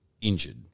injured